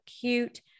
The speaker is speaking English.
cute